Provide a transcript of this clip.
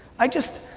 i just